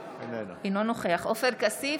אינו נוכח עופר כסיף,